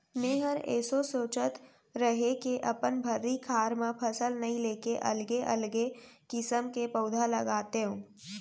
मैंहर एसो सोंचत रहें के अपन भर्री खार म फसल नइ लेके अलगे अलगे किसम के पउधा लगातेंव